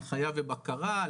הנחייה ובקרה,